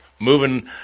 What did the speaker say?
Moving